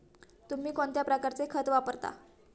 तुम्ही कोणत्या प्रकारचे खत वापरता?